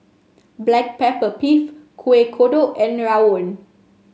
Black Pepper Beef Kueh Kodok and rawon